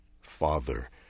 Father